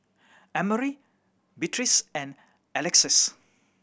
Emery Beatriz and Alexus